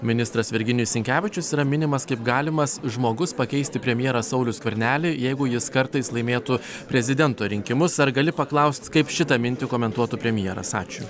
ministras virginijus sinkevičius yra minimas kaip galimas žmogus pakeisti premjerą saulių skvernelį jeigu jis kartais laimėtų prezidento rinkimus ar gali paklausti kaip šitą mintį komentuotų premjeras ačiū